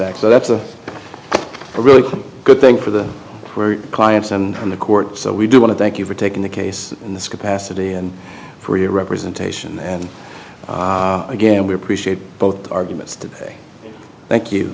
act so that's a really good thing for the clients and on the court so we do want to thank you for taking the case in this capacity and for your representation and again we appreciate both arguments today thank you